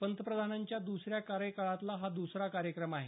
पंतप्रधानांच्या दसऱ्या कार्यकाळातला हा दसरा कार्यक्रम आहे